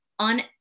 on